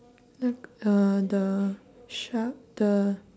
uh the shuck the